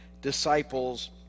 disciples